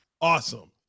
awesome